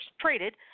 traded